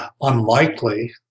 unlikely